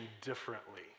differently